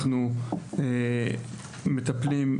אנחנו מטפלים.